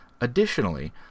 Additionally